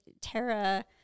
Tara –